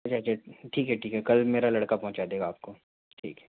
gadget ठीक है ठीक है कल मेरा लड़का पहुंचा देगा आपको ठीक है